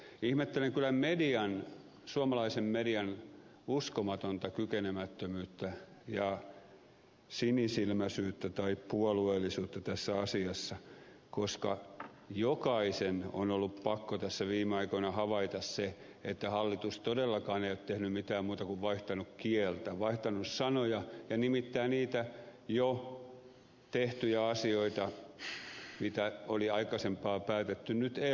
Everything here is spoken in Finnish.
ihmettelen kyllä suomalaisen median uskomatonta kykenemättömyyttä ja sinisilmäisyyttä tai puolueellisuutta tässä asiassa koska jokaisen on ollut pakko tässä viime aikoina havaita se että hallitus todellakaan ei ole tehnyt mitään muuta kuin vaihtanut kieltä vaihtanut sanoja ja nimittää niitä jo tehtyjä asioita mitä oli aikaisemmin päätetty nyt elvytykseksi